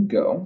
go